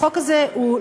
החוק הזה הוא,